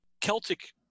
Celtic